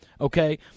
okay